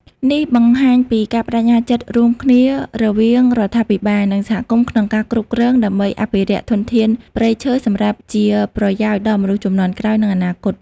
នេះបង្ហាញពីការប្ដេជ្ញាចិត្តរួមគ្នារវាងរដ្ឋាភិបាល និងសហគមន៍ក្នុងការគ្រប់គ្រង ដើម្បីអភិរក្សធនធានព្រៃឈើសម្រាប់ជាប្រយោជន៍ដល់មនុស្សជំនាន់ក្រោយ និងអនាគត។